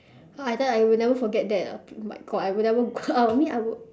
I tell you I would never forget that ah oh my god I would I never I mean I would